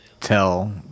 tell